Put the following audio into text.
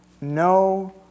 No